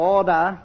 Order